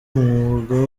umwuga